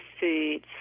foods